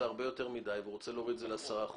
הוא ירצה להוריד את זה ל-10%,